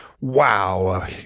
wow